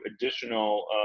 additional